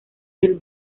del